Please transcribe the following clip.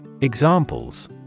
Examples